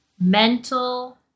Mental